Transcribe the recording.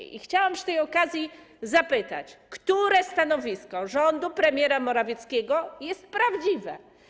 I chciałam przy tej okazji zapytać: Które stanowisko rządu premiera Morawieckiego jest prawdziwe?